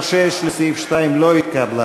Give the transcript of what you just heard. הרשימה המשותפת וקבוצת סיעת מרצ לסעיף 2 לא נתקבלה.